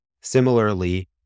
Similarly